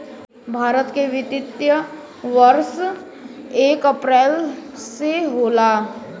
भारत के वित्तीय वर्ष एक अप्रैल से होला